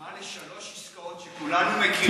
יש לך דוגמה לשלוש עסקאות שכולנו מכירים.